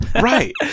Right